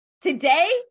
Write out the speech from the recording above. Today